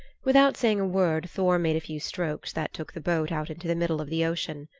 without saying a word thor made a few strokes that took the boat out into the middle of the ocean.